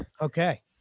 Okay